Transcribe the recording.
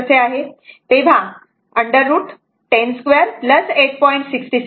6 असे आहे तेव्हा √ 10 2 8